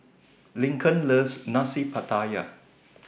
Lincoln loves Nasi Pattaya